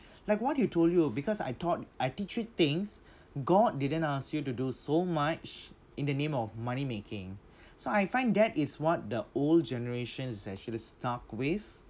like what you told you because I thought I teach you things god didn't ask you to do so much in the name of money-making so I find that is what the old generations is actually stuck with